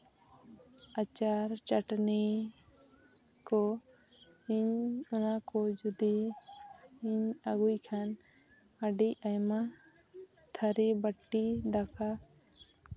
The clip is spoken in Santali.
ᱟᱪᱟᱨ ᱪᱟᱹᱴᱱᱤ ᱠᱚ ᱤᱧ ᱚᱱᱟ ᱠᱚ ᱡᱚᱫᱤ ᱤᱧ ᱟᱹᱜᱩᱭ ᱠᱷᱟᱱ ᱟᱹᱰᱤ ᱟᱭᱢᱟ ᱛᱷᱟᱹᱨᱤ ᱵᱟᱹᱴᱤ ᱫᱟᱠᱟ